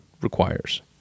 requires